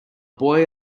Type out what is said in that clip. boy